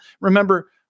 Remember